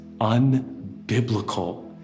unbiblical